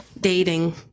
dating